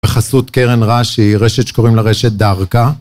וחסות קרן ראשי, היא רשת שקוראים לה רשת דארקה.